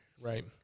Right